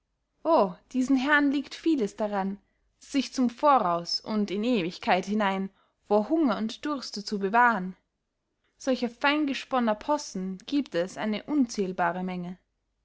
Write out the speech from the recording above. diesen herren liegt vieles daran sich zum voraus und in ewigkeit hinein vor hunger und durste zu bewahren solcher fein gesponner possen giebt es eine unzählbare menge